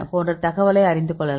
போன்ற தகவலை அறிந்து கொள்ளலாம்